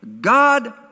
God